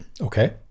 Okay